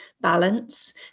balance